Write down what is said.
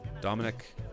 dominic